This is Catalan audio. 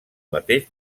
mateix